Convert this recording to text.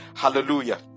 Hallelujah